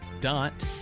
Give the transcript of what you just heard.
dot